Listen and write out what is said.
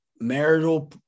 marital